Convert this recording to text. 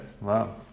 wow